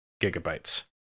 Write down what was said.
gigabytes